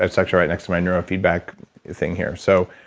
that's actually right next to my neuro feedback thing here. so,